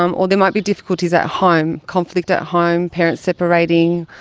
um or there might be difficulties at home, conflict at home, parents separating,